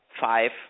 five